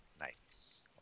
Nice